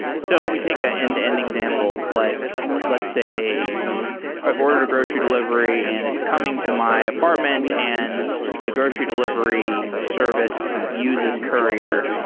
so if we take ah and an end-to-end example, like let's say i've ordered a grocery delivery and it's coming to my apartment and the grocery delivery service uses courier,